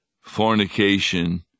fornication